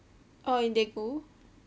oh